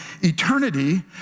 eternity